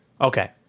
Okay